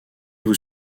vous